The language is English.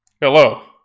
Hello